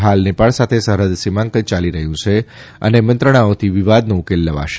હાલ નેપાળ સાથે સરહદ સીમાંકન ચાલી રહ્યું છે અને મંત્રણાઓથી વિવાદનો ઉકેલ લવાશે